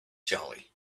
jolly